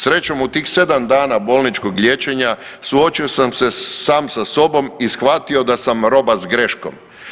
Srećom u tih 7 dana bolničkog liječenja suočio sam se sam sa sobom i shvatio da sam roba s greškom.